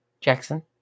Jackson